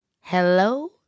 Hello